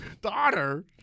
Daughter